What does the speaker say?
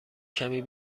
کمی